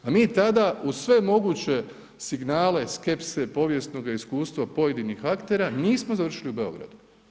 A mi tada uz sve moguće signale, skepse, povijesnoga iskustva pojedinih aktera nismo završili u Beogradu.